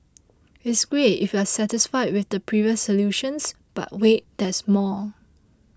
it's great if you're satisfied with the previous solutions but wait there's more